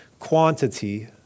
quantity